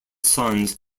sons